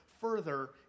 further